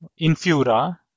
Infura